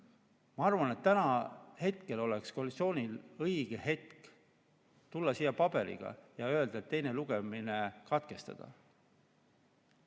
Ma arvan, et täna oleks koalitsioonil õige hetk tulla siia paberiga ja öelda, et teine lugemine katkestada.